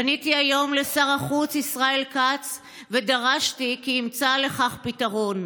פניתי היום לשר החוץ ישראל כץ ודרשתי כי ימצא לכך פתרון.